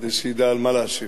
כדי שידע על מה להשיב.